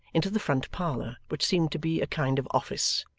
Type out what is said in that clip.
into the front parlour, which seemed to be a kind of office.